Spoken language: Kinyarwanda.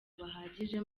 bahagije